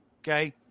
Okay